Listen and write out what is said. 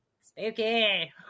Spooky